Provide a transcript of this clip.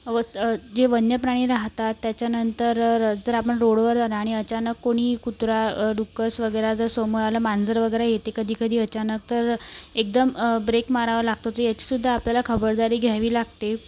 वस् जे वन्य प्राणी राहतात त्याच्यानंतर जर आपण रोडवर आणि अचानक कुणीही कुत्रा डुक्कर्स वगैरे जर समोर आलं मांजर वगैरे येते कधी कधी अचानक तर एकदम ब्रेक मारावा लागतो जे याचीसुद्धा आपल्याला खबरदारी घ्यावी लागते